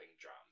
drums